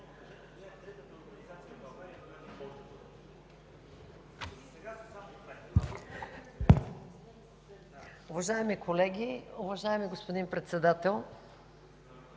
Уважаеми колеги, уважаеми господин Председател!